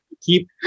keep